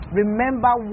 remember